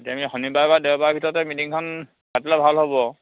এতিয়া আমি শনিবাৰ বা দেওবাৰৰ ভিতৰতে মিটিঙখন পাতিলে ভাল হ'ব